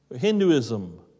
Hinduism